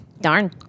Darn